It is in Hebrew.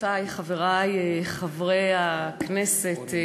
חברותי וחברי חברי הכנסת,